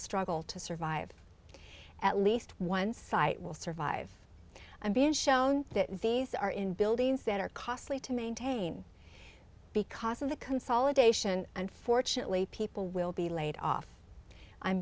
struggle to survive at least one site will survive i'm being shown that these are in buildings that are costly to maintain because of the consolidation unfortunately people will be laid off i'm